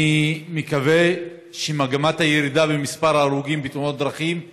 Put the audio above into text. אני מקווה שמגמת הירידה במספר ההרוגים בתאונות דרכים תימשך,